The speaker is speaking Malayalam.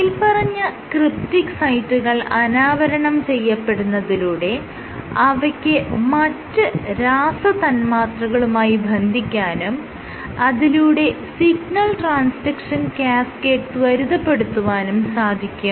മേല്പറഞ്ഞ ക്രിപ്റ്റിക് സൈറ്റുകൾ അനാവരണം ചെയ്യപ്പെടുന്നതിലൂടെ അവയ്ക്ക് മറ്റ് രാസതന്മാത്രകളുമായി ബന്ധിക്കാനും അതിലൂടെ സിഗ്നൽ ട്രാൻസ്ഡക്ഷൻ കാസ്കേഡ് ത്വരിതപ്പെടുത്തുവാനും സാധിക്കും